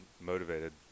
motivated